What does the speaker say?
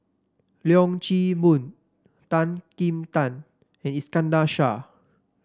Leong Chee Mun Tan Kim Tian and Iskandar Shah